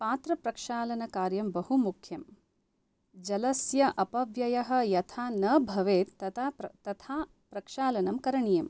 पात्रप्रक्षालनकार्यं बहुमुख्यं जलस्य अपव्ययः यथा न भवेत् तथा प्रक्षालनं करणीयम्